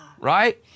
right